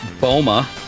Boma